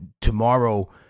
tomorrow